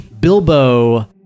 Bilbo